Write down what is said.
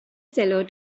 seller